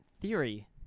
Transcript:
theory